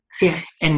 Yes